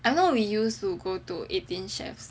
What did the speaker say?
I know we used to go to eighteen chefs